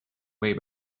way